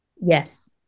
Yes